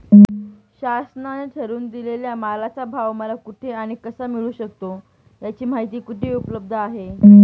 शासनाने ठरवून दिलेल्या मालाचा भाव मला कुठे आणि कसा मिळू शकतो? याची माहिती कुठे उपलब्ध आहे?